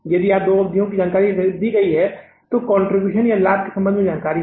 यदि आपको दो अवधियों के लिए जानकारी दी जाती है जो कंट्रीब्यूशन या लाभ के संबंध में जानकारी है